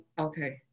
okay